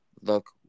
look